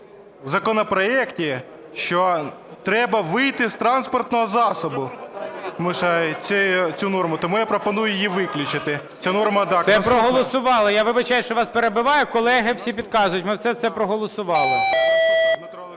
у законопроекті, що треба вийти з транспортного засобу. Цю норму, я пропоную її виключити. ГОЛОВУЮЧИЙ. Це проголосували. Я вибачаюся, що вас перебиваю, колеги всі підказують, ми все це проголосували.